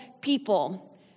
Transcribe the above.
people